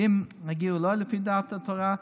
ואם הגיור לא לפי דעת התורה,